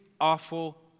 awful